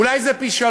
אולי זה פי-שלושה,